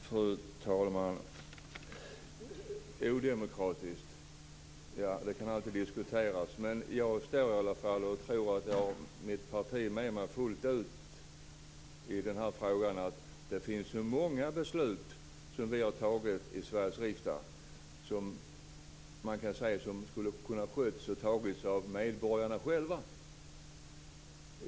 Fru talman! Odemokratiskt - det kan alltid diskuteras. Men jag står för vad jag sagt, och jag tror att jag har mitt parti med mig fullt ut i denna fråga. Det finns många beslut som vi fattat i Sveriges riksdag som skulle ha kunnat fattas av medborgarna själva.